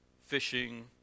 Fishing